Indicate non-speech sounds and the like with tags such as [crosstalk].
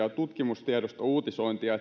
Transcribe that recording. [unintelligible] ja tutkimustiedosta uutisointia [unintelligible]